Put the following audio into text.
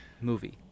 movie